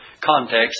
context